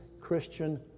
Christian